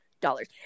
dollars